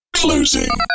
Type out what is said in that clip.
closing